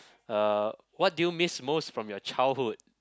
uh what do you miss most from your childhood